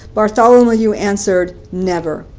bartholomew answered, never.